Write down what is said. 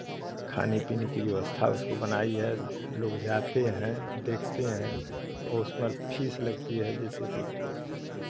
खाने पीने की भी व्यवस्था उसको बनाई है लोग जाते हैं देखते हैं और उस पर फीस लगती है जैसे कि